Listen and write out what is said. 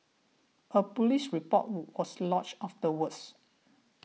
a police report was lodged afterwards